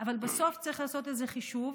אבל בסוף צריך לעשות איזשהו חישוב,